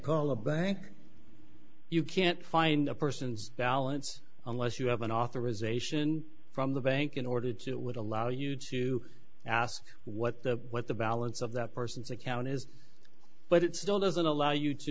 call a bank you can't find a person's balance unless you have an authorization from the bank in order to it would allow you to ask what the what the balance of that person's account is but it still doesn't allow you to